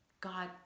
God